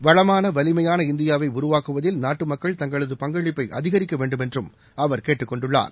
வளமான வலிமையான இந்தியாவை உருவாக்குவதில் நாட்டு மக்கள் தங்களது பங்களிப்பை அதிகரிக்க வேண்டுமென்றும் அவர் கேட்டுக கொண்டுள்ளார்